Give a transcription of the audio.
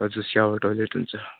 हजुर shower toilet हुन्छ